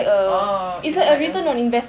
oh it's like a